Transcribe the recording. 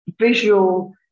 visual